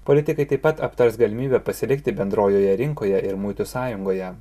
politikai taip pat aptars galimybę pasilikti bendrojoje rinkoje ir muitų sąjungoje